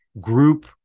group